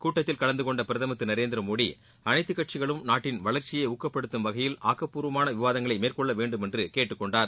கூட்டத்தில் கலந்துகொண்ட பிரதமர் திரு நரேந்திர மோடி அனைத்து கட்சிகளும் நாட்டின் வளர்ச்சியை ஊக்கப்படுத்தும் வகையில் ஆக்கப்பூர்வமான விவாதங்களை மேற்கொள்ள வேண்டும் என்று கேட்டுக்கொண்டார்